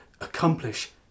accomplish